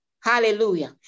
Hallelujah